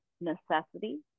necessity